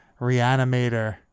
reanimator